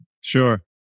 Sure